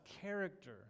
character